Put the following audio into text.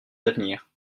d’avenir